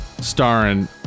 Starring